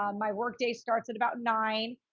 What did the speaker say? um my workday starts at about nine.